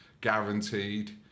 guaranteed